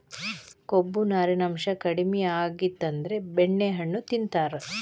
ಕೊಬ್ಬು, ನಾರಿನಾಂಶಾ ಕಡಿಮಿ ಆಗಿತ್ತಂದ್ರ ಬೆಣ್ಣೆಹಣ್ಣು ತಿಂತಾರ